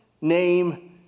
name